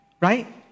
Right